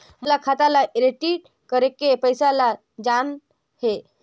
मोला खाता ला एंट्री करेके पइसा ला जान हे?